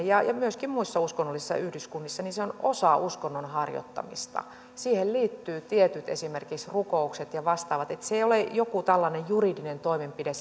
ja myöskin muissa uskonnollisissa yhdyskunnissa avioliittoon vihkiminen on osa uskonnon harjoittamista siihen liittyy esimerkiksi tietyt rukoukset ja vastaavat se ei ole joku tällainen juridinen toimenpide